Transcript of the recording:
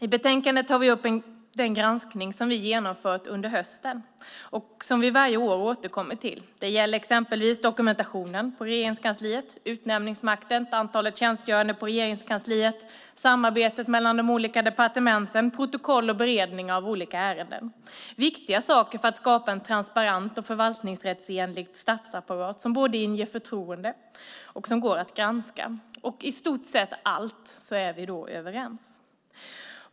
I betänkandet tar vi upp den granskning vi genomfört under hösten och som vi varje år återkommer till. Det gäller exempelvis dokumentation på Regeringskansliet, utnämningsmakten, antalet tjänstgörande på Regeringskansliet, samarbetet mellan de olika departementen, protokoll och beredningar av olika ärenden. Det är viktiga saker för att skapa en transparent och förvaltningsrättsenlig statsapparat som både inger förtroende och går att granska. Vi är överens om i stort sett allt.